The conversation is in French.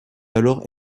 alors